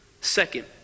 Second